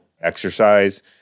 exercise